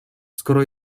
skoro